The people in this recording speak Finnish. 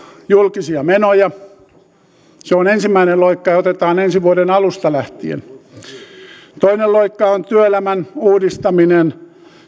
julkisia menoja se on ensimmäinen loikka ja otetaan ensi vuoden alusta lähtien toinen loikka on työelämän uudistaminen